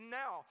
now